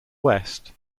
west